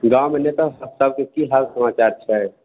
गाममे नेता सभके कि हाल समाचार छै